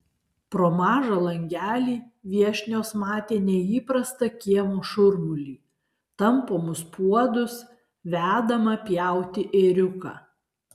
pro mažą langelį viešnios matė neįprastą kiemo šurmulį tampomus puodus vedamą pjauti ėriuką